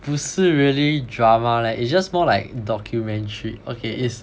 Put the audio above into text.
不是 really drama leh it's just more like documentary okay i'ts